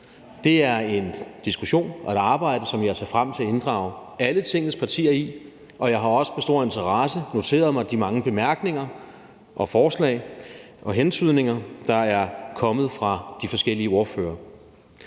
Det er en diskussion og et arbejde, som jeg ser frem til at inddrage alle Tingets partier i, og jeg har også med stor interesse noteret mig de mange bemærkninger, forslag og hentydninger, der er kommet fra de forskellige ordførere.